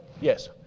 Yes